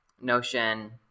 notion